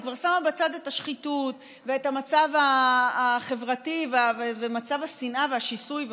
אני כבר שמה בצד את השחיתות ואת המצב החברתי ומצב השנאה והשיסוי וכו',